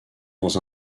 dans